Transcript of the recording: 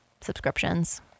subscriptions